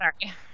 Sorry